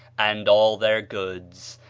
and all their goods.